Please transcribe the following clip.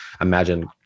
imagine